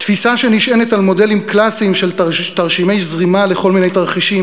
תפיסה שנשענת על מודלים קלאסיים של תרשימי זרימה לכל מיני תרחישים,